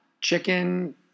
chicken